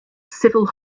civil